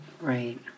Right